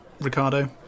Ricardo